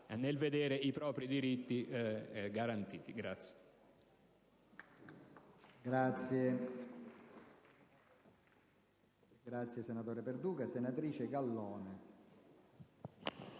nel vedere i propri diritti garantiti.